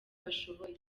bashoboye